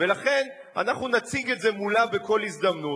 ולכן אנחנו נציג את זה מולה בכל הזדמנות.